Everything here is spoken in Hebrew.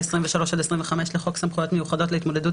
ו-23 עד 25 לחוק סמכויות מיוחדות להתמודדות